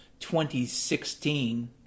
2016